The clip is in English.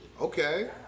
okay